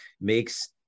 makes